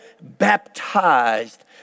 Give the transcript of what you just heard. baptized